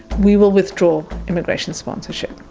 we will withdraw immigration sponsorship.